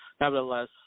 nevertheless